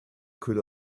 could